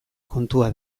kontua